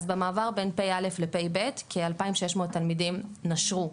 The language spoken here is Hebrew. אז במעבר בין פ"א לפ"ב כ- 2600 תלמידים נשרו,